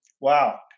Wow